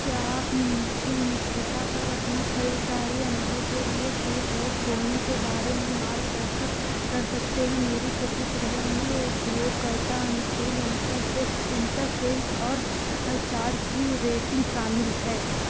क्या आप मुझे मित्रता पर अपने खरीददारी अनुभव के लिए फीडबैक छोड़ने के बारे में मार्गदर्शन कर सकते हैं मेरी प्रतिक्रिया में उपयोगकर्ता अनुकूल इंटरफेस इंटरफेस और चार की रेटिंग शामिल है